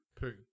Poo